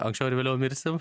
anksčiau ar vėliau mirsim